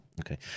okay